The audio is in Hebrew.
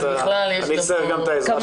אז בכלל יש --- כמובן,